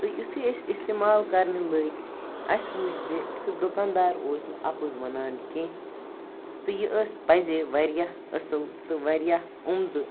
تہٕ یُتھٕے أسۍ استعمال کَرنہٕ لٔگۍ اسہِ وُچھ زِ سُہ دُکاندار اوٗس نہٕ اَپُز وَنان کیٚنٛہہ تہٕ یہِ ٲس پَزے واریاہ اصٕل تہٕ واریاہ عُمدٕ